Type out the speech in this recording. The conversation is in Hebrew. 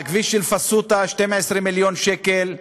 הכביש בפסוטה, 12 מיליון שקל.